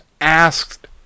asked